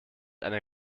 einer